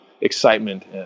excitement